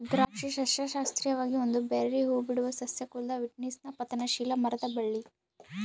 ದ್ರಾಕ್ಷಿ ಸಸ್ಯಶಾಸ್ತ್ರೀಯವಾಗಿ ಒಂದು ಬೆರ್ರೀ ಹೂಬಿಡುವ ಸಸ್ಯ ಕುಲದ ವಿಟಿಸ್ನ ಪತನಶೀಲ ಮರದ ಬಳ್ಳಿ